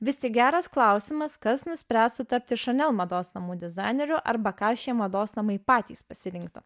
vis tik geras klausimas kas nuspręstų tapti chanel mados namų dizaineriu arba ką šie mados namai patys pasirinktų